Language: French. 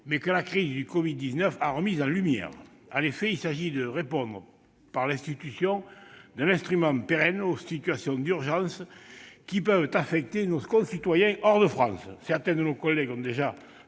mais que la crise du covid-19 a remise en lumière. Il s'agit de répondre, par l'institution d'un instrument pérenne, aux situations d'urgence qui peuvent affecter nos concitoyens établis hors de France. Certains de nos collègues ont déjà,